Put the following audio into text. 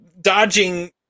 dodging